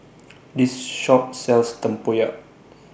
This Shop sells Tempoyak